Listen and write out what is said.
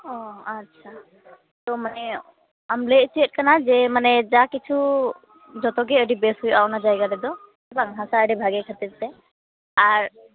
ᱚᱸᱻ ᱟᱪᱪᱷᱟ ᱛᱚ ᱢᱟᱱᱮ ᱟᱢ ᱞᱟᱹᱭ ᱚᱪᱚᱭᱮᱫ ᱠᱟᱱᱟ ᱡᱮ ᱢᱟᱱᱮ ᱡᱟ ᱠᱤᱪᱷᱩ ᱡᱚᱛᱚ ᱜᱮ ᱟᱹᱰᱤ ᱵᱮᱥ ᱦᱩᱭᱩᱜᱼᱟ ᱚᱱᱟ ᱡᱟᱭᱜᱟ ᱨᱮᱫᱚ ᱵᱟᱝ ᱦᱟᱥᱟ ᱟᱸᱲᱮ ᱵᱷᱟᱜᱮ ᱠᱷᱟᱹᱛᱤᱨ ᱛᱮ ᱟᱨ